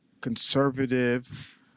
conservative